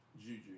Juju